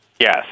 Yes